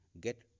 get